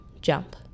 jump